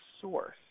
source